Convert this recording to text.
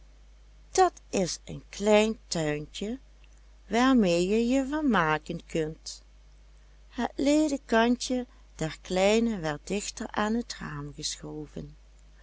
dat is een klein tuintje waarmee je je vermaken kunt het ledekantje der kleine werd dichter aan het raam geschoven